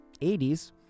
80s